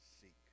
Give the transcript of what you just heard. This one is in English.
seek